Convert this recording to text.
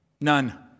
None